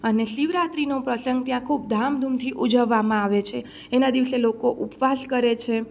અને શિવરાત્રીનો પ્રસંગ ત્યાં ખૂબ ધામધૂમથી ઉજવવામાં આવે છે એના દિવસે લોકો ઉપવાસ કરે છે